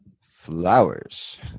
flowers